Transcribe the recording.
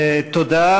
תודה.